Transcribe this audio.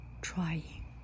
trying